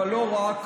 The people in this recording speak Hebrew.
אבל לא רק,